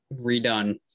redone